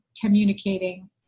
communicating